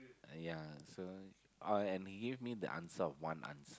yeah so oh and he give me the answer of one answer